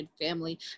family